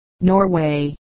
Norway